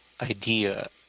idea